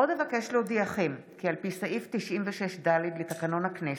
עוד אבקש להודיעכם כי על פי סעיף 96(ד) לתקנון הכנסת,